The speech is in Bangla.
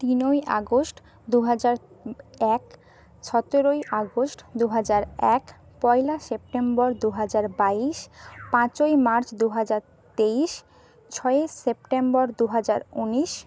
তিনই আগস্ট দু হাজার এক সতেরোই আগস্ট দু হাজার এক পয়লা সেপ্টেম্বর দু হাজার বাইশ পাঁচই মার্চ দু হাজার তেইশ ছয়ই সেপ্টেম্বর দু হাজার ঊনিশ